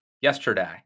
yesterday